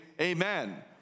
Amen